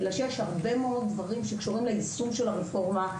אלא שיש הרבה מאוד דברים שקשורים ליישום של הרפורמה,